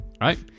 right